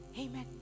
Amen